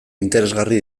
interesgarri